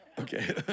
Okay